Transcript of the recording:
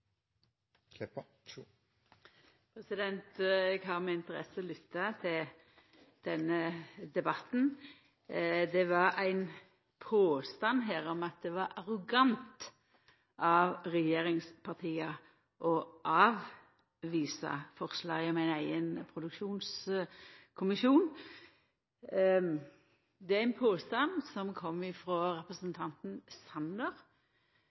Eg har med interesse lytta til denne debatten. Det var ein påstand her om at det var arrogant av regjeringspartia å avvisa forslaget om ein eigen produktivitetskommisjon. Det er ein påstand som kom